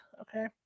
Okay